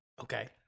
Okay